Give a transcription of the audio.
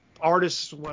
artists